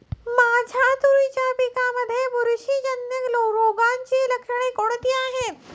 माझ्या तुरीच्या पिकामध्ये बुरशीजन्य रोगाची लक्षणे कोणती आहेत?